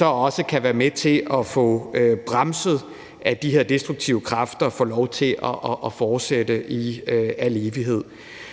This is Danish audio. også kan være med til at få bremset, at de her destruktive kræfter får lov til at fortsætte i al evighed.